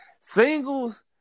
Singles